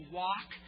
walk